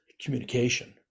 communication